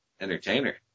entertainer